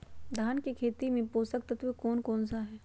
धान की खेती में पोषक तत्व कौन कौन सा है?